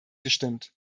gestimmt